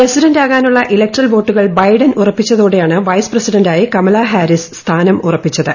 പ്രസിഡന്റാകാനുള്ള electoral വോട്ടുകൾ Biden ഉറപ്പിച്ചതോടെയാണ് വൈസ് പ്രസിഡന്റായി കമലാ ഹാരിസ് സ്ഥാനം ഉറപ്പിച്ചത്